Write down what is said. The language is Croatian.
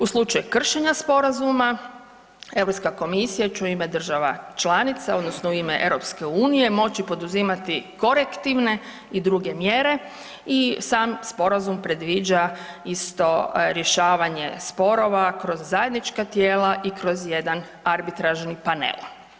U slučaju kršenja Sporazuma, EU komisija će u ime država članica, odnosno u ime EU moći poduzimati korektivne i druge mjere i sam Sporazum predviđa isto rješavanje sporova kroz zajednička tijela i kroz jedan arbitražni panel.